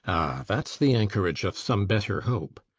that's the anchorage of some better hope!